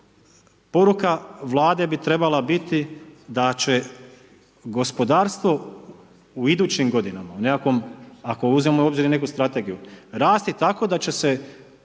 Poruka Vlade bi trebala biti da će gospodarstvo u idućim godinama u nekakvom, ako uzmemo u obzir i neku strategiju rasti tako da će se